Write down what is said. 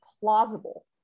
plausible